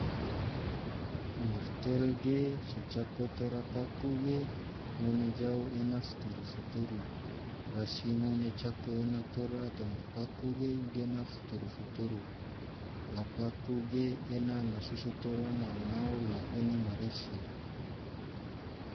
Murtel ge so cako tora paku ge ngone jau ena futuru-futuru rasi ngone cako ena tora toma paku ge gena futuru-futuru la paku ge ena masusu toma nao-nao la ena marisi.